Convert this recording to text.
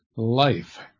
life